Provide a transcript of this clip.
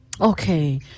Okay